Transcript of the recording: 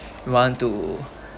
we want to